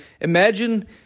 imagine